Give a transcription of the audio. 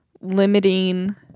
limiting